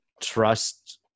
trust